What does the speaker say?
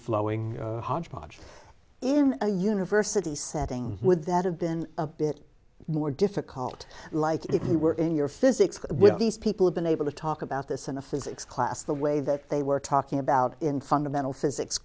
flowing hodgepodge in a university setting would that have been a bit more difficult like if we were in your physics with these people have been able to talk about this in a physics class the way that they were talking about in fundamental physics